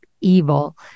evil